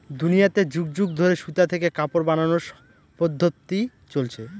দুনিয়াতে যুগ যুগ ধরে সুতা থেকে কাপড় বানানোর পদ্ধপ্তি চলছে